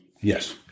Yes